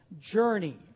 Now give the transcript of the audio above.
Journey